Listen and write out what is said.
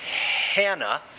Hannah